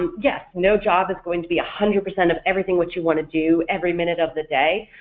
um yes no job is going to be a hundred percent of everything what you want to do every minute of the day,